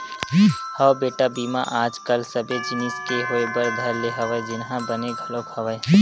हव बेटा बीमा आज कल सबे जिनिस के होय बर धर ले हवय जेनहा बने घलोक हवय